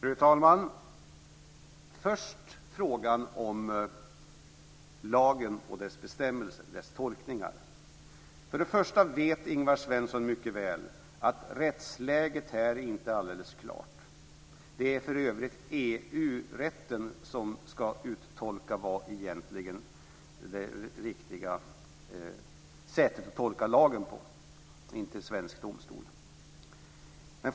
Fru talman! Först frågan om lagen och dess tolkningar. Ingvar Svensson vet mycket väl att rättsläget inte är alldeles klart. Det är för övrigt EU-rätten som ska uttolka det riktiga sättet att tolka lagen, inte svensk domstol.